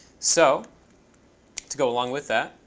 so to go along with that,